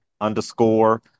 underscore